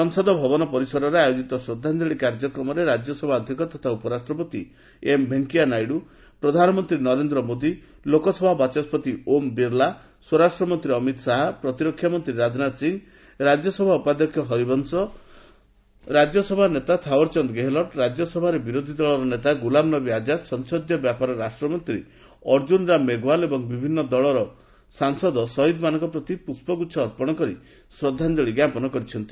ସଂସଦ ଭବନ ପରିସରରେ ଆୟୋଜିତ ଶ୍ରଦ୍ଧାଞ୍ଚଳି କାର୍ଯ୍ୟକ୍ରମରେ ରାଜ୍ୟସଭା ଅଧ୍ୟକ୍ଷ ତଥା ଉପରାଷ୍ଟ୍ରପତି ଏମ୍ ଭେଙ୍କିୟା ନାଇଡ଼ୁ ପ୍ରଧାନମନ୍ତ୍ରୀ ନରେନ୍ଦ୍ର ମୋଦି ଲୋକସଭା ବାଚସ୍କତ ଓମ୍ ବିର୍ଲା ସ୍ୱରାଷ୍ଟ୍ରମନ୍ତ୍ରୀ ଅମିତ୍ ଶାହା ପ୍ରତିରକ୍ଷା ମନ୍ତ୍ରୀ ରାଜନାଥ ସିଂହ ରାଜ୍ୟସଭା ଉପାଧ୍ୟକ୍ଷ ହରିବଂଶ ରାଜ୍ୟସଭା ନେତା ଥାଓ୍ୱରଚାନ୍ଦ ଗେହଲଟ୍ ରାଜ୍ୟସଭା ବିରୋଧୀ ଦଳ ନେତା ଗ୍ରଲାମ ନବୀ ଆଜାଦ୍ ସଂସଦୀୟ ବ୍ୟାପାର ରାଷ୍ଟ୍ରମନ୍ତ୍ରୀ ଅର୍ଜ୍ଜନ୍ ରାମ ମେଘୱାଲ୍ ଏବଂ ବିଭିନ୍ନ ଦଳର ସାଂସଦ ଶହୀଦ୍ମାନଙ୍କ ପ୍ରତି ପୁଷ୍ଠଗୁଚ୍ଛ ଅର୍ପଣ କରି ଶ୍ରଦ୍ଧାଞ୍ଜଳି ଜ୍ଞାପନ କରିଛନ୍ତି